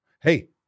hey